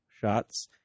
shots